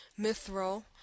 Mithril